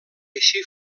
així